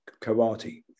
Karate